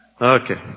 Okay